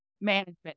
management